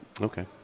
Okay